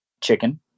Chicken